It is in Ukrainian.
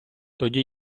тоді